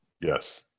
Yes